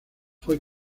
fue